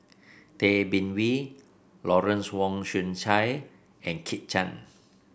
Tay Bin Wee Lawrence Wong Shyun Tsai and Kit Chan